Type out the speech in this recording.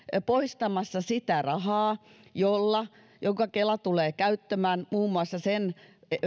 poistamassa sitä rahaa jonka kela tulee käyttämään muun muassa sen